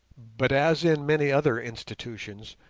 but, as in many other institutions,